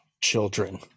Children